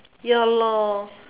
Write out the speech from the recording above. ya lah